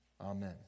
Amen